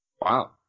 Wow